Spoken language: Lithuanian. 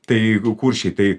tai jeigu kuršiai tai